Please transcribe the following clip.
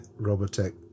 Robotech